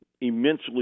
immensely